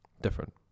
different